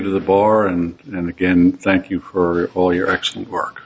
to the bar and then again thank you for all your actual work